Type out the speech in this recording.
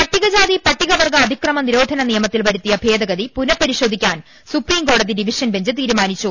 പട്ടികജാതി പട്ടികവർഗ്ഗ അതിക്രമ നിരോധന നിയമത്തിൽ വരു ത്തിയ ഭേദഗതി പുനപരിശോധിക്കാൻ സുപ്രീംകോടതി ഡിവി ഷൻ ബെഞ്ച് തീരുമാനിച്ചു